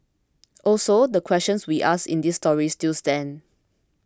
also the questions we asked in this story still stand